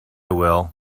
will